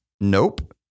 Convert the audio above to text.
Nope